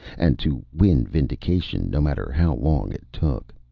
and to win vindication, no matter how long it took.